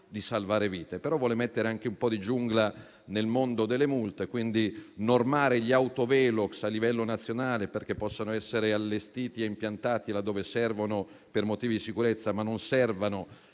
di salvare vite, però vuole mettere anche un po' di ordine nella giungla del mondo delle multe, quindi normare gli autovelox a livello nazionale perché possano essere allestiti e impiantati là dove sono necessari per motivi di sicurezza, ma non servano